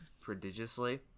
prodigiously